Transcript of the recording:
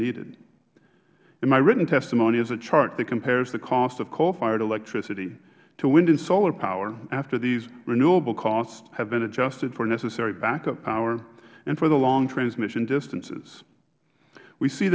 needed in my written testimony there is a chart that compares that cost of coal fired electricity to wind and solar power after these renewable costs have been adjusted for necessary backup power and for the long transmission distances we see